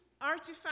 artifacts